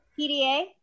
PDA